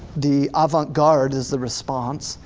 the avant-garde is the response.